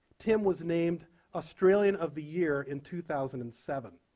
tim was named australian of the year in two thousand and seven.